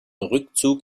rückzug